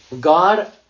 God